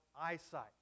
eyesight